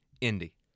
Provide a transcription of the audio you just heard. Indy